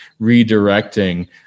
redirecting